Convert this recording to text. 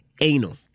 Anal